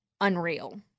unreal